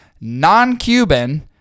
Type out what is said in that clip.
non-Cuban